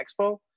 expo